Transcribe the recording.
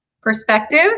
perspective